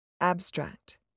Abstract